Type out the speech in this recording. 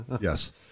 Yes